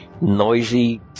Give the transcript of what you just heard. noisy